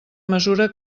mesura